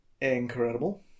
incredible